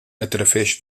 através